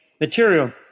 material